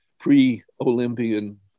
pre-Olympian